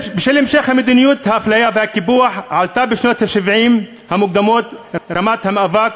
בשל המשך מדיניות האפליה והקיפוח עלתה בשנות ה-70 המוקדמות רמת המאבק,